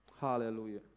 Hallelujah